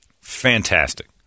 Fantastic